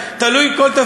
ודאי שמותר.